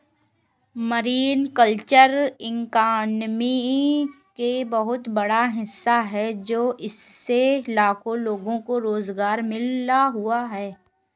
marine culture economy में बहुत बड़ा हिस्सा है इससे लाखों लोगों को रोज़गार मिल हुआ है